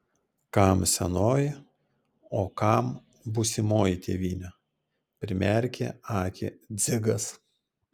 kam senoji o kam būsimoji tėvynė primerkė akį dzigas